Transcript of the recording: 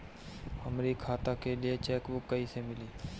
हमरी खाता के लिए चेकबुक कईसे मिली?